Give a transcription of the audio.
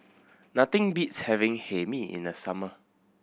nothing beats having Hae Mee in the summer